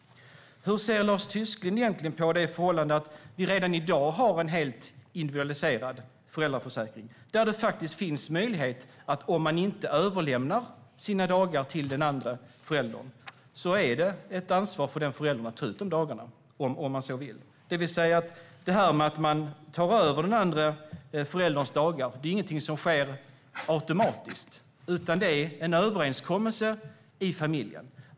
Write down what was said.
Hur ser Lars Tysklind egentligen på det förhållande att vi redan i dag har en helt individualiserad föräldraförsäkring där den förälder som inte överlåter sina dagar till den andra föräldern har ett ansvar att ta ut de dagarna? Det här med att man tar över den andres dagar är inte något som sker automatiskt, utan det är en överenskommelse i familjen.